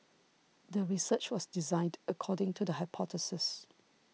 the research was designed according to the hypothesis